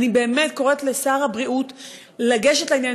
אני באמת קוראת לשר הבריאות לגשת לעניין.